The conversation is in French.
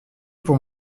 pour